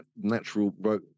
natural